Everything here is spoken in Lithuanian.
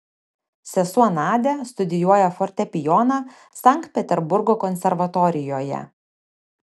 sesuo nadia studijuoja fortepijoną sankt peterburgo konservatorijoje